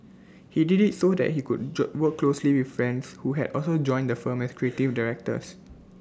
he did IT so that he could job work closely with friends who had also joined the firm as creative directors